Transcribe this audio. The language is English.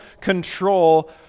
control